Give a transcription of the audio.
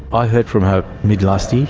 i heard from her mid last year.